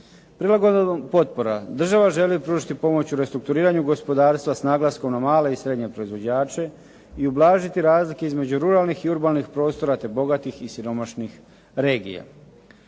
Prilagodbom potpora država želi pružiti pomoć u restrukturiranju gospodarstva sa naglaskom na male i srednje proizvođače i ublažiti razlike između ruralnih i urbanih prostora te bogatih i siromašnih regija.